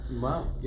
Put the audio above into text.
wow